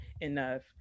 enough